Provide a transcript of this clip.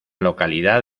localidad